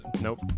nope